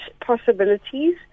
possibilities